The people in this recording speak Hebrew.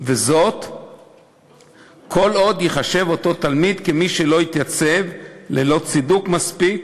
וזאת כל עוד ייחשב אותו תלמיד כמי שלא התייצב ללא צידוק מספיק,